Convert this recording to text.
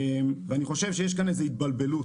אני חושב שיש כאן איזה בלבול.